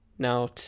now